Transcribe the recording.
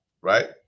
Right